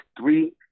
three